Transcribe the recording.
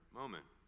moment